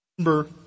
remember